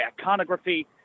iconography